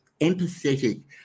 empathetic